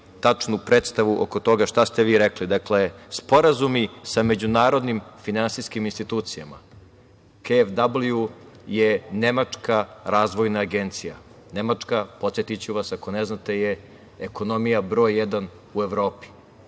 tačnu predstavu šta ste vi rekli. Dakle, sporazumi sa međunarodnim finansijskim institucijama, KfW je nemačka razvojna agencija. Nemačka, podsetiću vas ako ne znate je ekonomija broj jedan u Evropi.